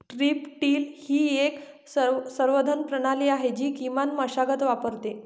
strip till ही एक संवर्धन प्रणाली आहे जी किमान मशागत वापरते